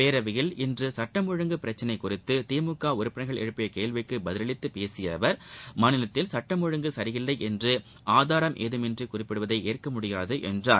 பேரவையில் இன்று சட்டம் ஒழுங்கு பிரச்சினை குறித்து திமுக உறுப்பினர்கள் எழுப்பிய கேள்விக்கு பதிலளித்து பேசிய அவர் மாநிலத்தில் சட்டம் ஒழுங்கு சரியில்லை என்று ஆதாரம் ஏதுமின்றி குறிப்பிடுவதை ஏற்க முடியாது என்றார்